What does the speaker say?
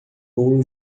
bolo